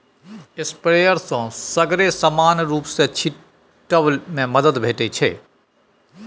sprayer सँ सगरे समान रुप सँ छीटब मे मदद भेटै छै